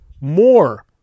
more